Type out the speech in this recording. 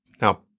now